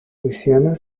luisiana